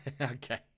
Okay